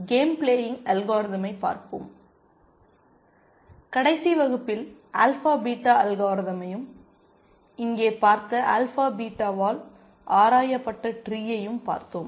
கடைசி வகுப்பில் alpha beta அல்காரிதமையும் இங்கே பார்த்த ஆல்பா பீட்டாவால் ஆராயப்பட்ட ட்ரீயையும் பார்த்தோம்